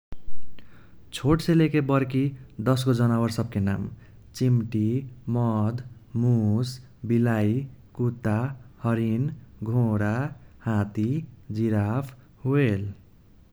छोटसे लेके बर्की दसगो जानवर सबके नाम चिम्टी, मध, मुस, बिलाई, कुत्ता, हरिण, घोरा, हाथी, जिराफ, ह्वेल ।